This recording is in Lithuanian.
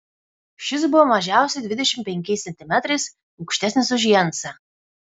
šis buvo mažiausiai dvidešimt penkiais centimetrais aukštesnis už jensą